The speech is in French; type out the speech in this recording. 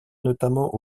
notamment